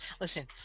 Listen